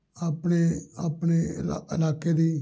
ਆਪਣੇ ਆਪਣੇ ਇਲਾਕੇ ਦੀ